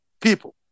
people